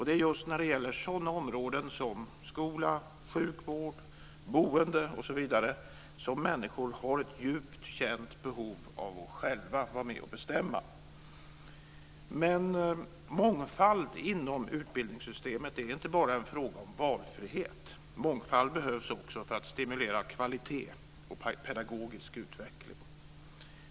Det är just när det gäller sådana områden som skola, sjukvård, boende osv. som människor har ett djupt känt behov av att själva vara med och bestämma. Men mångfald inom utbildningsväsendet är inte bara en fråga om valfrihet. Mångfald behövs också för att stimulera kvalitet och pedagogisk utveckling.